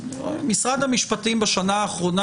משרד המשפטים בשנה האחרונה,